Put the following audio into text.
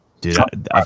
dude